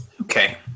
Okay